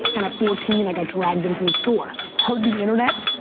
and at fourteen, i got dragged into the store. heard the internet,